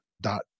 dot